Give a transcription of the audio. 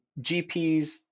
GPs